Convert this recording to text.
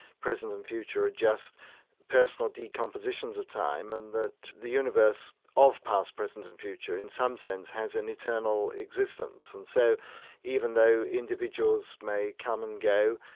present, and future are just personal decompositions of time and that the universe of past, present, and future in some sense has an eternal existence. and so even though individuals may come and go,